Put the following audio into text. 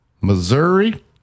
Missouri